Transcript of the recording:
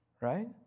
right